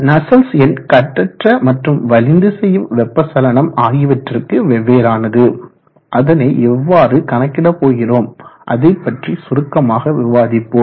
நஸ்சல்ட்ஸ் எண் கட்டற்ற மற்றும் வலிந்து செய்யும் வெப்ப சலனம் ஆகியவற்றிற்கு வெவ்வேறானது அதனை எவ்வாறு கணக்கிடப்போகிறோம் அதைப்பற்றி சுருக்கமாக விவாதிப்போம்